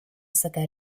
stata